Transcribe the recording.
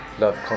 Love